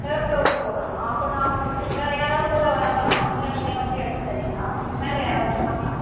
third ஃப்ளோர்க்கு போகணுமா அப்போ நான் வந்துட்டு வேறு யாராவது கூட வராங்களா இல்லை நீங்கள் வந்து எடுத்து தரீங்ளா மேலே யாராவது இருப்பாங்களா